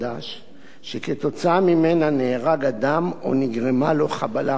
שכתוצאה ממנה נהרג אדם או נגרמה לו חבלה חמורה.